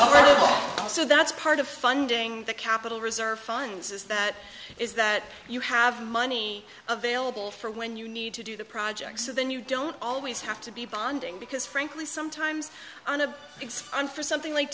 that's ok so that's part of funding the capital reserve finance is that is that you have money available for when you need to do the projects so then you don't always have to be bonding because frankly sometimes on a it's on for something like